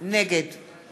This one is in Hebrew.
נגד